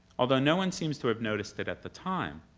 although no one seems to have noticed it at the time,